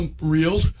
real